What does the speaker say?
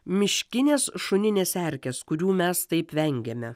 miškinės šuninės erkės kurių mes taip vengiame